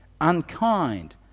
unkind